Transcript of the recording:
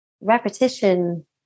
repetition